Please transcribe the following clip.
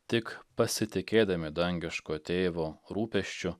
tik pasitikėdami dangiško tėvo rūpesčiu